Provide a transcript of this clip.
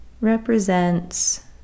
represents